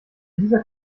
dieser